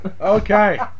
Okay